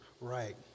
right